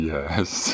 Yes